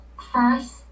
first